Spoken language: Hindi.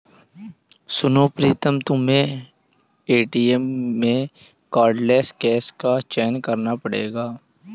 सुनो प्रीतम तुम्हें एटीएम में कार्डलेस कैश का चयन करना पड़ेगा